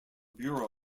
bureau